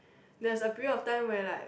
there's a period of time where like